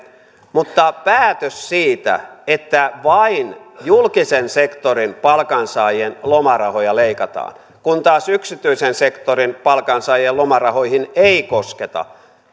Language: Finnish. mutta päätöstä siitä että vain julkisen sektorin palkansaajien lomarahoja leikataan kun taas yksityisen sektorin palkansaajien lomarahoihin ei kosketa